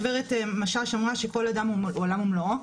הגב' משש אמרה שכל אדם הוא עולם ומלואו,